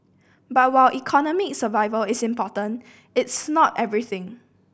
but while economic survival is important it's not everything